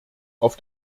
auf